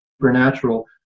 supernatural